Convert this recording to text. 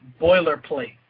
Boilerplate